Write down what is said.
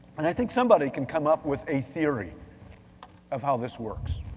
and i think somebody can come up with a theory of how this works.